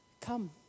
come